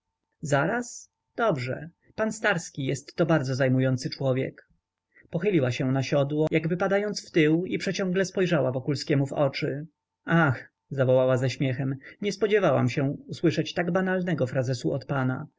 zaraz dobrze pan starski jestto bardzo zajmujący człowiek pochyliła się na siodło jakby padając wtył i przeciągle spojrzała wokulskiemu w oczy ach zawołała ze śmiechem nie spodziewałam się usłyszeć tak banalnego frazesu od pana